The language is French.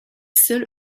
seul